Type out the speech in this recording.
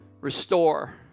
restore